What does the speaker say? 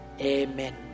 Amen